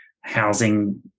housing